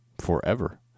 Forever